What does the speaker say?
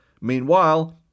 Meanwhile